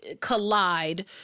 collide